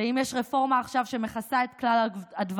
ואם יש רפורמה עכשיו שמכסה את כל הדברים,